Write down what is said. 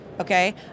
Okay